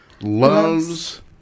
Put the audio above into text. Loves